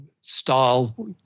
style